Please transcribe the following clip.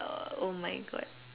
oh my God